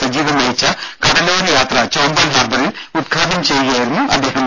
സജീവൻ നയിച്ച കടലോര യാത്ര ചോമ്പാൽ ഹാർബറിൽ ഉദ്ഘാടനം ചെയ്യുകയായിരുന്നു അദ്ദേഹം